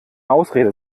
ausrede